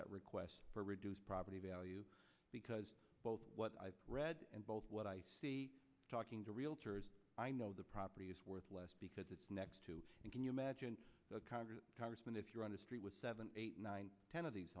that request for reduced property value because both what i've read and both what i see talking to realtors i know the property is worth less because it's next to you can you imagine the congress congressman if you're on the street with seven eight nine ten of these